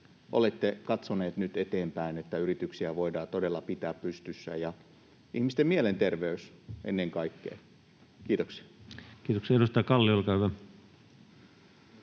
olette katsoneet nyt eteenpäin, että yrityksiä voidaan todella pitää pystyssä? Ja ihmisten mielenter-veyttä, ennen kaikkea? — Kiitoksia. [Speech 136] Speaker: